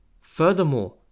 Furthermore